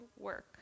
work